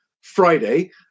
Friday